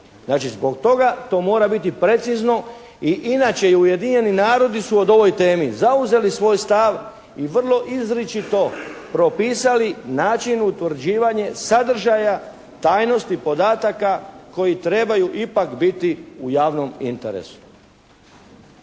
Znači, zbog toga to mora biti precizno i inače i Ujedinjeni narodi su od ovoj temi zauzeli svoj stav i vrlo izričito propisali način utvrđivanje sadržaja tajnosti podataka koji trebaju ipak biti u javnom interesu.